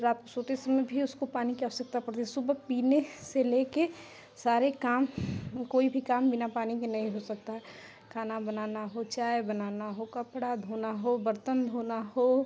रात को सोते समय भी उसको पानी की आवश्यकता पड़ती है सुबह पीने से लेकर सारा काम कोई भी काम बिना पानी के नहीं हो सकता है खाना बनाना हो चाय बनाना हो कपड़ा धोना हो बर्तन धोना हो